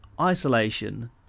Isolation